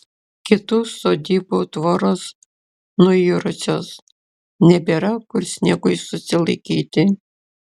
kitų sodybų tvoros nuirusios nebėra kur sniegui susilaikyti